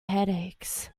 headaches